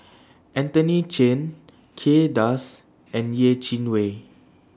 Anthony Chen Kay Das and Yeh Chi Wei